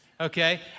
Okay